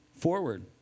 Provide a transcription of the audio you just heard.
forward